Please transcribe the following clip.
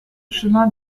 chemin